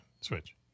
Switch